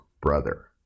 brother